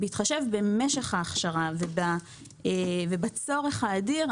בהתחשב במשך ההכשרה ובצורך האדיר,